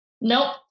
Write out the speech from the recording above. Nope